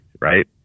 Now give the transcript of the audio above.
right